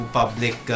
public